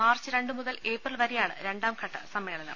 March രണ്ട് മുതൽ April വരെയാണ് രണ്ടാംഘട്ട സമ്മേളനം